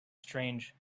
strange